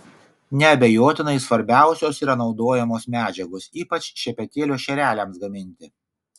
neabejotinai svarbiausios yra naudojamos medžiagos ypač šepetėlio šereliams gaminti